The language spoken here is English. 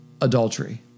adultery